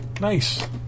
Nice